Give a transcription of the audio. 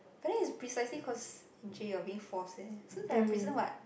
but then is precisely cause N_J you're being forced eh so it's like a prison one